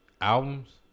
Albums